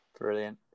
brilliant